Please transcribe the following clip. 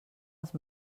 els